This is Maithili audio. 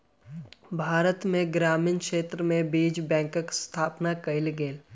भारत में ग्रामीण क्षेत्र में बीज बैंकक स्थापना कयल गेल